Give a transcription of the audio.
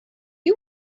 you